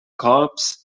korps